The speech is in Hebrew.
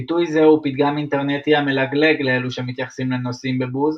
ביטוי זה הוא פתגם אינטרנטי המלגלג לאלו שמתייחסים לנושאים בבוז.